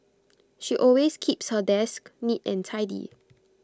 she always keeps her desk neat and tidy